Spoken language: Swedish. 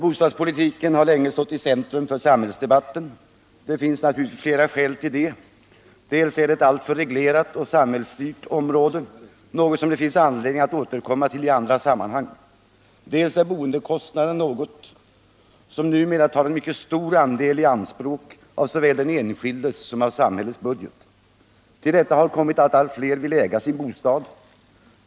Bostadspolitiken har sedan länge stått i centrum för samhällsdebatten. Det finns naturligtvis flera skäl till detta. Dels är detta ett alltför reglerat och samhällsstyrt område — något som det finns anledning att återkomma till i andra sammanhang —, dels är boendekostnaderna något som numera tar en mycket stor andel i anspråk av såväl den enskildes som samhällets budget. Till detta har kommit att allt fler vill äga sin bostad.